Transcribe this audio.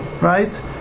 right